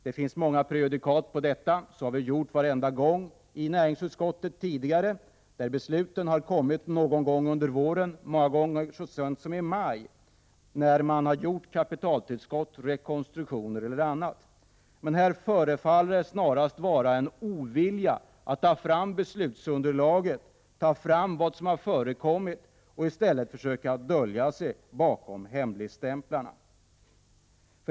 Det har vi gjort varenda gång tidigare. Det finns många prejudikat på detta. Besluten har kunnat fattas någon gång under våren, många gånger så sent som i maj, när man gjort kapitaltillskott, rekonstruktioner eller annat. Men här verkar snarast föreligga en ovilja att ta fram beslutsunderlaget, ta fram vad som förekommit. I stället försöker man dölja sig bakom hemligstämplarna.